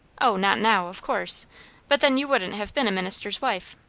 o, not now, of course but then you wouldn't have been a minister's wife.